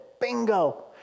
bingo